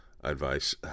advice